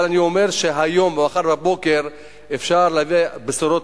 אבל אני אומר שהיום ומחר בבוקר אפשר להביא בשורות